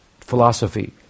philosophy